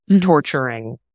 torturing